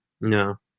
No